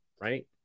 Right